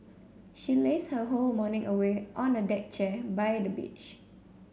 she lazed her whole morning away on a deck chair by the beach